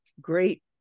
great